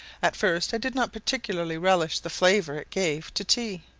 at first i did not particularly relish the flavour it gave to tea,